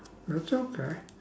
that's okay